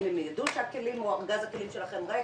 הם ידעו שארגז הכלים שלהם ריק.